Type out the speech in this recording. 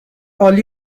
عالی